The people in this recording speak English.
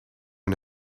and